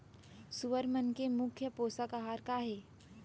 सुअर मन के मुख्य पोसक आहार का हे?